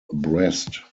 brest